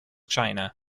china